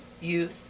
youth